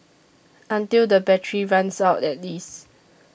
until the battery runs out at least